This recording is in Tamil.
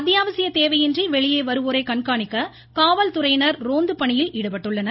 அத்தியாவசிய தேவையின்றி வெளியே வருவோரை கண்காணிக்க காவல்துறையினர் ரோந்து பணியில் ஈடுபட்டுள்ளனர்